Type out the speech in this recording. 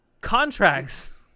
Contracts